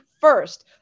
first